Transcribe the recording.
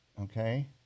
Okay